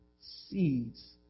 seeds